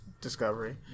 Discovery